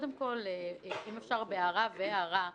קודם כל אם אפשר בהערה והארה.